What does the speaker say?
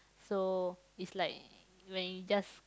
so it's like when you just